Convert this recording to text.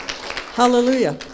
Hallelujah